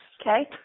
Okay